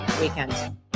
weekend